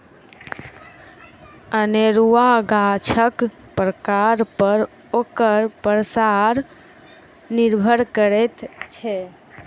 अनेरूआ गाछक प्रकार पर ओकर पसार निर्भर करैत छै